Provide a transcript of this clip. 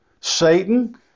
Satan